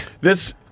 this-